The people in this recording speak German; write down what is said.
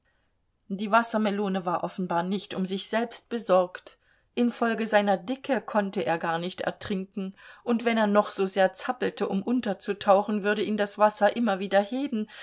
die wassermelone war offenbar nicht um sich selbst besorgt infolge seiner dicke konnte er gar nicht ertrinken und wenn er noch so sehr zappelte um unterzutauchen würde ihn das wasser immer wieder heben